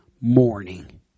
morning